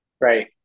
Right